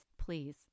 please